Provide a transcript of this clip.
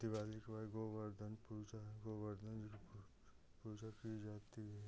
दिवाली के बाद गोवर्धन पूजा गोवर्धन जी को पूजा की जाती है